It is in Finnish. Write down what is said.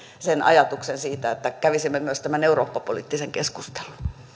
ajatuksen siitä että kävisimme myös tämän eurooppapoliittisen keskustelun